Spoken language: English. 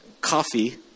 coffee